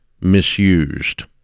misused